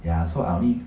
ya so I only